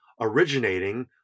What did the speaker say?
originating